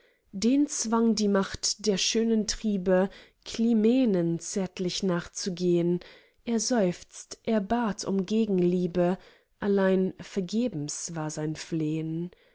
den zwang die macht der schönen triebe climenen zärtlich nachzugehn er seufzt er bat um gegenliebe allein vergebens war sein